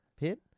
pit